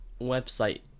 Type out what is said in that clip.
website